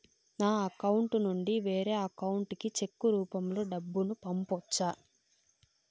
నా అకౌంట్ నుండి వేరే అకౌంట్ కి చెక్కు రూపం లో డబ్బును పంపొచ్చా?